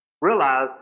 Realize